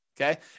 Okay